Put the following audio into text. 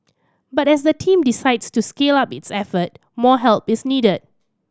but as the team decides to scale up its effort more help is needed